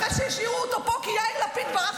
אחרי שהשאירו אותו פה כי יאיר לפיד ברח